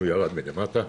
הוא ירד מלמטה.